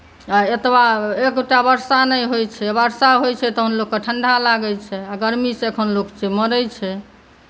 आ एतबा एकटा वर्षा नहि होइत छै आ वर्षा होइत छै तहन लोककेँ ठण्ढा लागैत छै गर्मीसँ अखन लोक से मरैत छै